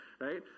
right